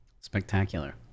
Spectacular